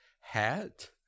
hat